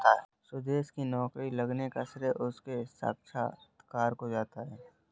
सुदेश की नौकरी लगने का श्रेय उसके साक्षात्कार को जाता है